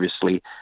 previously